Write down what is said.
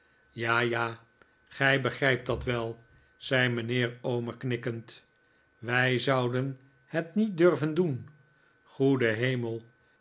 ja ja gij begrijpt dat wel zei mijnheer omer knikkend wij zouden het niet durven doen goede hemel